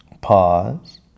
Pause